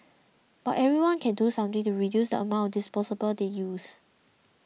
but everyone can do something to reduce the amount disposables they use